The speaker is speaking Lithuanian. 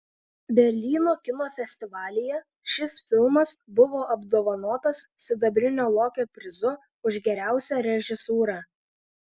berlyno kino festivalyje šis filmas buvo apdovanotas sidabrinio lokio prizu už geriausią režisūrą